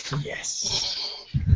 Yes